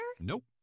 Nope